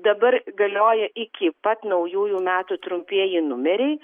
dabar galioja iki pat naujųjų metų trumpieji numeriai